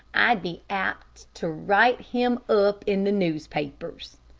i'd be apt to write him up in the newspapers.